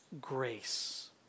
grace